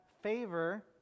favor